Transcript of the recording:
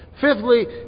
Fifthly